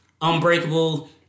Unbreakable